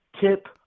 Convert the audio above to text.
tip